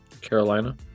Carolina